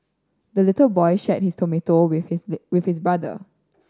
the little boy shared his tomato with his with his brother